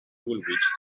woolwich